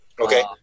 Okay